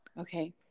Okay